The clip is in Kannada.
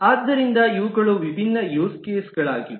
ಆದ್ದರಿಂದ ಇವುಗಳು ವಿಭಿನ್ನ ಯೂಸ್ ಕೇಸ್ಗಳಾಗಿವೆ